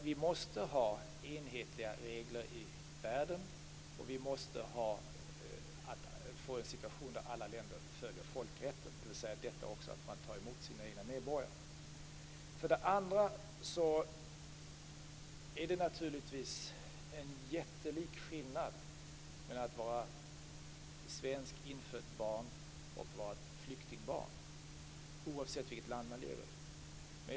Vi måste ha enhetliga regler i världen, och vi måste få en situation där alla länder följer folkrätten, dvs. också detta att de tar emot sina egna medborgare. För det andra är det naturligtvis en jättelik skillnad mellan att vara ett svenskt infött barn och att vara ett flyktingbarn, oavsett vilket land man lever i.